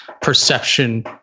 perception